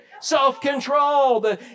self-control